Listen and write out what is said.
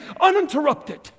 uninterrupted